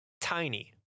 tiny